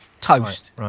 toast